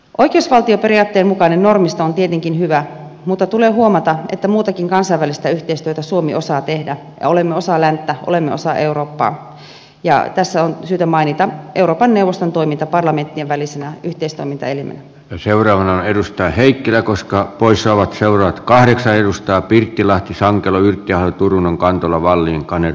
oikeusvaltioperiaatteen mukainen normisto on tietenkin hyvä mutta tulee huomata että muutakin kansainvälistä yhteistyötä suomi osaa tehdä ja olemme osa länttä olemme osa eurooppaa ja tässä on syytä mainita euroopan neuvoston toiminta parlamenttien välisenä yhteistoimintaelimenä seuraa edustaa heikkilä koskaan poissa ovat seurat kaheksajuustoa piikillä sääntelyyn käy turunen kantola wallinin kannen